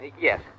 Yes